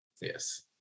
Yes